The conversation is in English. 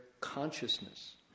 consciousness